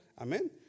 amen